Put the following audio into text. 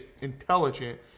intelligent